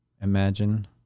imagine